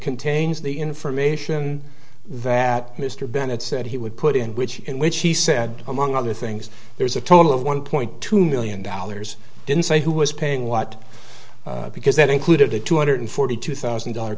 contains the information that mr bennett said he would put in which in which he said among other things there's a total of one point two million dollars didn't say who was paying what because that included a two hundred forty two thousand dollar